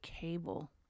cable